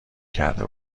کرده